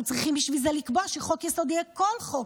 אנחנו צריכים בשביל זה לקבוע שחוק-יסוד יהיה כל חוק,